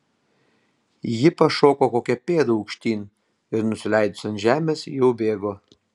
ji pašoko kokią pėdą aukštyn ir nusileidus ant žemės jau bėgo